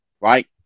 right